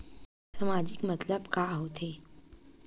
सामाजिक मतलब का होथे?